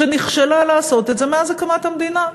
שנכשלה בכך מאז הקמת המדינה,